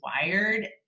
wired